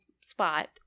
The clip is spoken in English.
spot